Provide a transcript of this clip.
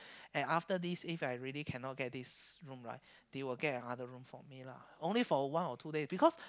and after this If I really cannot get this room right they will get another room for me lah only for one or two day because